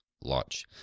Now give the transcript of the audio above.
launch